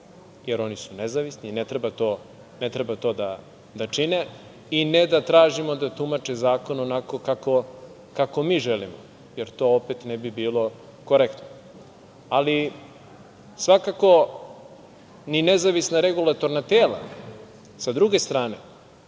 jer oni su nezavisni i ne treba to da čine, i ne da tražimo da tumače zakon onako kako mi želimo jer to opet ne bi bilo korektno. Ali, svakako ni nezavisna regulatorna tela sa druge strane